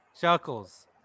chuckles